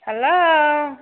hello